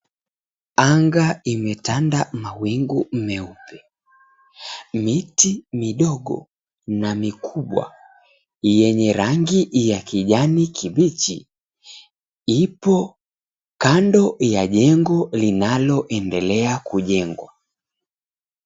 Anga imetanda mawingu meupe. Miti midogo na mikubwa, yenye rangi ya kijani kibichi, ipo kando ya jengo linaloendelea kujengwa.